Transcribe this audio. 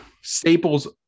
staples